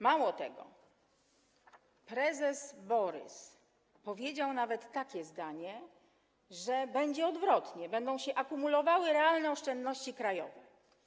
Mało tego, prezes Borys wypowiedział nawet takie zdanie, że będzie odwrotnie, że będą akumulowały się realne oszczędności krajowe.